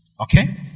okay